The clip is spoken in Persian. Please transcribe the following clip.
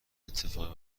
اتفاقی